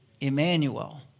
Emmanuel